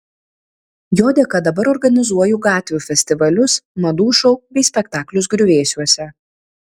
jo dėka dabar organizuoju gatvių festivalius madų šou bei spektaklius griuvėsiuose